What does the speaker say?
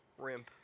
Rimp